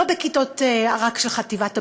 לא רק בכיתות של חטיבת הביניים.